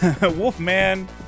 Wolfman